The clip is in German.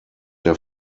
der